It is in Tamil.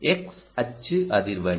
X அச்சு அதிர்வெண்